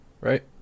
right